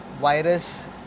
Virus